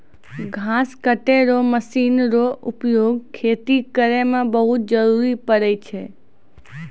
घास कटै रो मशीन रो उपयोग खेती करै मे बहुत जरुरी पड़ै छै